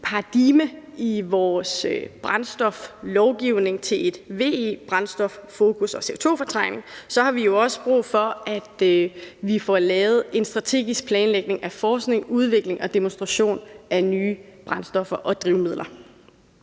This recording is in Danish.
paradigme i vores brændstoflovgivning til et VE-brændstoffokus og til CO2-fortrængning har vi også brug for at få lavet en strategisk planlægning af forskning, udvikling og demonstration af nye brændstoffer og drivmidler.